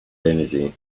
energy